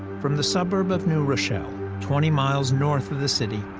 from the suburb of new rochelle, twenty miles north of the city,